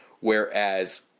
Whereas